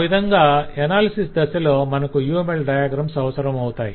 ఆ విధంగా అనాలిసిస్ దశలో మనకు UML డయాగ్రమ్స్ అవసరం అవుతాయి